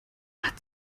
hat